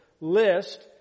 list